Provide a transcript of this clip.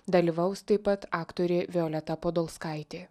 dalyvaus taip pat aktorė violeta podolskaitė